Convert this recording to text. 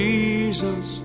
Jesus